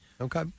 Okay